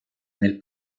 nel